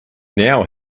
now